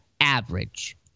average